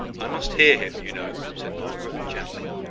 i must hear him, you know, said margaret, gently.